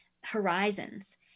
horizons